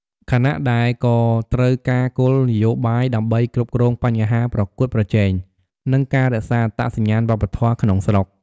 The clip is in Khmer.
ខណៈដែលក៏ត្រូវការគោលនយោបាយដើម្បីគ្រប់គ្រងបញ្ហាប្រកួតប្រជែង និងការរក្សាអត្តសញ្ញាណវប្បធម៌ក្នុងស្រុក។